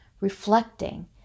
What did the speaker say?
reflecting